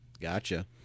Gotcha